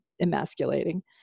emasculating